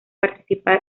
participar